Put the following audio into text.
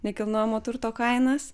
nekilnojamo turto kainas